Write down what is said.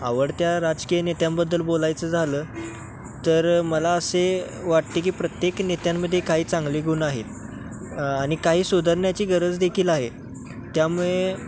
आवडत्या राजकीय नेत्यांबद्दल बोलायचं झालं तर मला असे वाटते की प्रत्येक नेत्यांमध्ये काही चांगली गुण आहेत आणि काही सुधारण्याची गरजदेखील आहे त्यामुळे